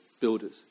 builders